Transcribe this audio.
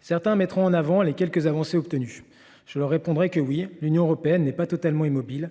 Certains mettront en avant les quelques avancées obtenues. Certes, l’Union européenne n’est pas totalement immobile ;